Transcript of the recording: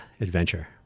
adventure